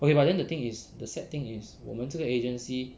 okay but then the thing is the setting is 我们这个 agency